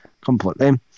completely